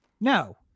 No